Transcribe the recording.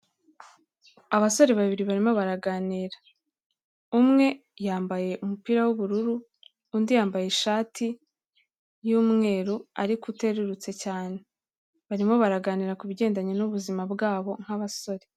Abasore babiri barimo baraganira, umwe yambaye umupira w'ubururu undi yambaye ishati y'umweru ariko uterurutse cyane, barimo baraganira kubigendanye n'ubuzima bwabo nk'abasore.